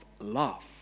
love